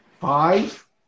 Five